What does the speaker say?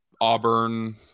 Auburn